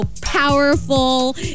powerful